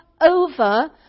over